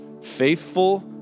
faithful